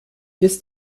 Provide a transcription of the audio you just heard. ist